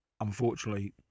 unfortunately